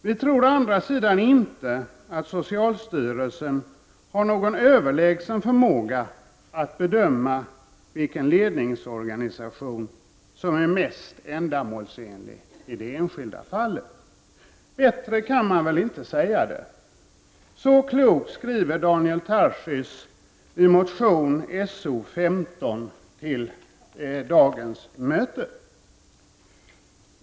Vi tror å andra sidan inte att socialstyrelsen har någon överlägsen förmåga att bedöma vilken ledningsorganisation som är mest ändamålsenlig i det enskilda fallet.” Bättre kan man väl inte säga det. Så klokt skriver Daniel Tarschys i motion So15, som behandlas vid dagens möte.